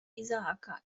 izaaka